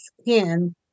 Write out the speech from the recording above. skin